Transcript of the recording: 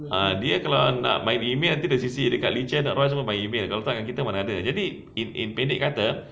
ah dia kalau nak main email nanti dia C_C dekat ling chen semua by email dengan kita mana ada jadi in in pendek kata